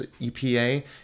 EPA